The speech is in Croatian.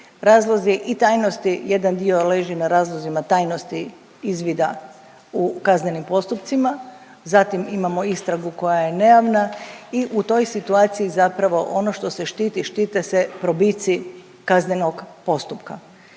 razlozi i tajnosti, jedan dio leži na razlozima tajnosti izvida u kaznenim postupcima, zatim imamo istragu koja je nejavna i u toj situaciji zapravo, ono što se štiti, štite se probici kaznenog postupka.